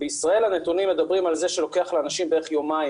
בישראל הנתונים מדברים על זה שלוקח לאנשים בערך יומיים